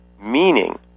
Meaning